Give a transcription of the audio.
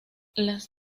las